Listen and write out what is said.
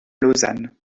lausanne